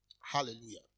Hallelujah